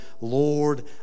Lord